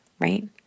right